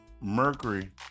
Mercury